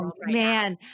man